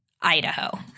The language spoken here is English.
Idaho